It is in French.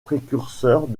précurseurs